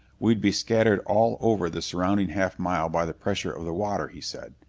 we'd be scattered all over the surrounding half mile by the pressure of the water, he said.